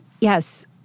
yes